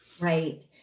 Right